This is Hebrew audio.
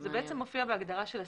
זה מופיע בהגדרה של השקית.